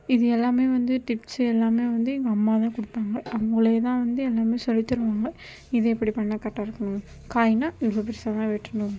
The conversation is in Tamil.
இது எல்லாம் வந்து டிப்ஸு எல்லாம் வந்து எங்கள் அம்மாதான் கொடுத்தாங்க அவங்களேதான் வந்து எல்லாம் சொல்லித்தருவாங்க இது எப்படி பண்ணால் கரெக்டா இருக்கும் காய்னா இவ்வளோ பெருசாகதான் வெட்டணும்